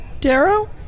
Darrow